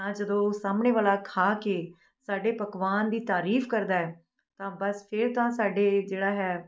ਤਾਂ ਜਦੋਂ ਸਾਹਮਣੇ ਵਾਲਾ ਖਾ ਕੇ ਸਾਡੇ ਪਕਵਾਨ ਦੀ ਤਾਰੀਫ਼ ਕਰਦਾ ਹੈ ਤਾਂ ਬਸ ਫਿਰ ਤਾਂ ਸਾਡੇ ਜਿਹੜਾ ਹੈ